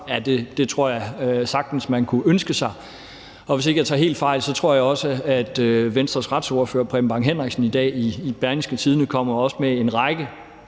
det tror jeg sagtens man kunne ønske sig. Og hvis ikke jeg tager helt fejl, tror jeg også, at Venstres retsordfører, hr. Preben Bang Henriksen, i dag i Berlingske kommer med en række